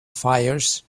fires